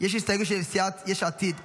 יש הסתייגויות של סיעת יש עתיד.